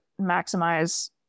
maximize